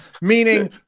Meaning